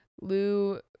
Lou